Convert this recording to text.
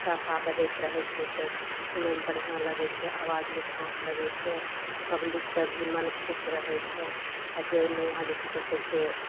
ताशा बजैत रहय छै तऽ सुनयमे बढ़िआँ लगय छै आवाजमे मिठास लगय छै पब्लिकके भी मन खुश रहय छै आओर जाहिमे अहाँ जे कि की कहय छै